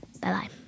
Bye-bye